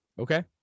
Okay